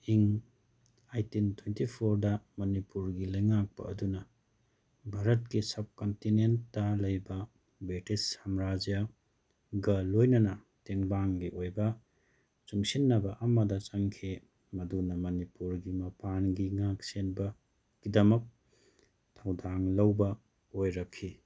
ꯏꯪ eighteen twenty ꯐꯣꯔꯗ ꯃꯅꯤꯄꯨꯔꯒꯤ ꯂꯩꯉꯥꯛꯄ ꯑꯗꯨꯅ ꯚꯥꯔꯠꯀꯤ ꯁꯕ ꯀꯣꯟꯇꯤꯅꯦꯟꯇ ꯂꯩꯕ ꯕ꯭ꯔꯤꯇꯤꯁ ꯁꯝꯔꯥꯖ꯭ꯌꯥꯒ ꯂꯣꯏꯅꯅ ꯇꯦꯡꯕꯥꯡꯒꯤ ꯑꯣꯏꯕ ꯆꯨꯡꯁꯤꯟꯅꯕ ꯑꯃꯗ ꯆꯪꯈꯤ ꯃꯗꯨꯅ ꯃꯅꯤꯄꯨꯔꯒꯤ ꯃꯄꯥꯟꯒꯤ ꯉꯥꯛ ꯁꯦꯟꯕꯒꯤꯗꯃꯛ ꯊꯧꯗꯥꯡ ꯂꯧꯕ ꯑꯣꯏꯔꯛꯈꯤ